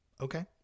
okay